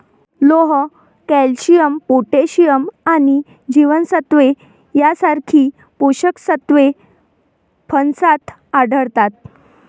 लोह, calcium, potassium आणि जीवनसत्त्वे यांसारखी पोषक तत्वे फणसात आढळतात